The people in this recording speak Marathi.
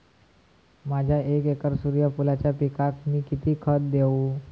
माझ्या एक एकर सूर्यफुलाच्या पिकाक मी किती खत देवू?